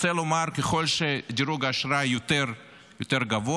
רוצה לומר, ככל שדירוג האשראי יותר גבוה,